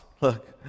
look